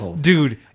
dude